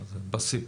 בשיא.